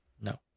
No